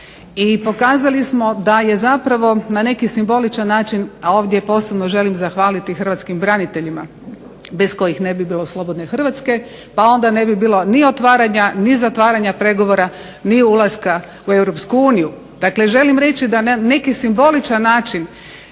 i pokazali smo da je zapravo na neki simboličan način a ovdje posebno želim zahvaliti hrvatskim braniteljima bez kojih ne bi bilo slobodne Hrvatske pa onda ne bi bilo ni otvaranja ni zatvaranja pregovora ni ulaska u EU. Dakle, želim reći da na neki simboličan način